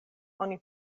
oni